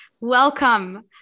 Welcome